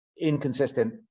inconsistent